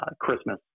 Christmas